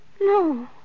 No